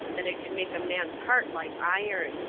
that it can make a man's heart like iron.